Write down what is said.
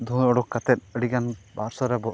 ᱫᱷᱩᱣᱟᱹ ᱚᱰᱚᱠ ᱠᱟᱛᱮᱫ ᱟᱹᱰᱤᱜᱟᱱ ᱯᱟᱥᱨᱮᱵᱚ